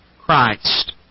Christ